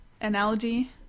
analogy